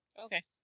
Okay